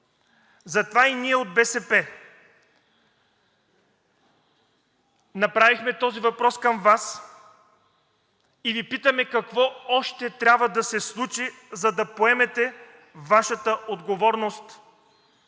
Затова и ние от БСП направихме този въпрос към Вас и Ви питаме какво още трябва да се случи, за да поемете Вашата отговорност?